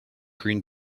green